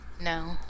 no